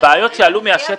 הבעיות שעלו מהשטח